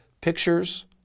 pictures